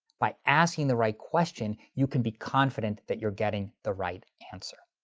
by asking the right question, you can be confident that you're getting the right answer.